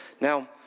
Now